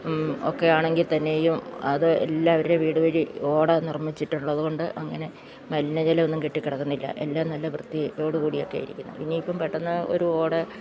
ഒക്കെ ആണെങ്കിൽ തന്നെയും അത് എല്ലാവരുടെ വീട് വഴി ഓട നിർമ്മിച്ചിട്ടുള്ളതു കൊണ്ട് അങ്ങനെ മലിന ജലമൊന്നും കെട്ടി കിടന്നില്ല എല്ലാം നല്ല വൃത്തിയോട് കൂടിയൊക്കെ ഇരിക്കുന്നത് ഇനി ഇപ്പം പെട്ടന്ന് ഒരു ഓട